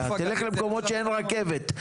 תלך למקומות שאין רכבת.